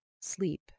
sleep